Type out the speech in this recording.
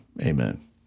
Amen